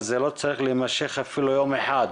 זה לא צריך להימשך אפילו יום אחד.